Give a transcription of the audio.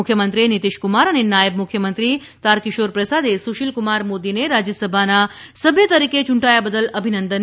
મુખ્યમંત્રી નીતીશ કુમાર અને નાયબ મુખ્યમંત્રી તારકિશોર પ્રસાદે સુશીલકુમાર મોદીને રાજ્યસભાના સભ્ય તરીકે ચૂંટાથા બદલ અભિનંદન પાઠવ્યા છે